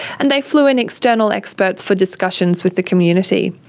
and they flew in external experts for discussions with the community.